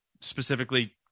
specifically